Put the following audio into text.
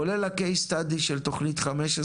כולל CASE STUDY של תכנית 15,